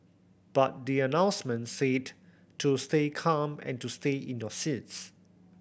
but the announcement said to stay calm and to stay in your seats